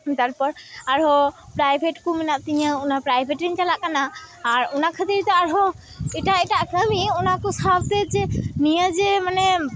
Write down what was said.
ᱛᱟᱨᱯᱚᱨ ᱟᱨᱦᱚᱸ ᱯᱨᱟᱭᱵᱷᱮᱴᱠᱚ ᱢᱮᱱᱟᱜ ᱛᱤᱧᱟᱹ ᱚᱱᱟ ᱯᱨᱭᱟᱵᱷᱮᱴᱤᱧ ᱪᱟᱞᱟᱜ ᱠᱟᱱᱟ ᱟᱨ ᱚᱱᱟ ᱠᱷᱟᱹᱛᱤᱨᱛᱮ ᱟᱨᱦᱚᱸ ᱮᱴᱟᱜ ᱮᱴᱟᱜ ᱠᱟᱹᱢᱤ ᱚᱱᱟᱠᱚ ᱥᱟᱶᱛᱮ ᱡᱮ ᱱᱤᱭᱟᱹ ᱡᱮ ᱢᱟᱱᱮ